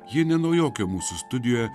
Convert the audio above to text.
ji ne naujokė mūsų studijoje